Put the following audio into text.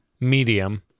medium